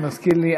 זה מזכיר לי,